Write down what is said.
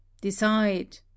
Decide